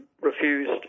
refused